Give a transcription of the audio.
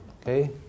Okay